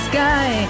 Sky